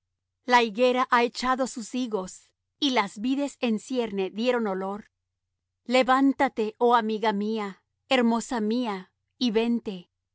la higuera ha echado sus higos y las vides en cierne dieron olor levántate oh amiga mía hermosa mía y vente